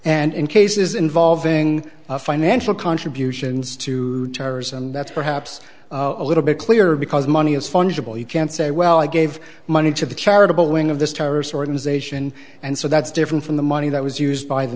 and in cases involving financial contributions to terrorism that's perhaps a little bit clearer because money is fungible you can't say well i gave money to the charitable wing of this terrorist organization and so that's different from the money that was used by the